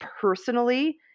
personally